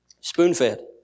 spoon-fed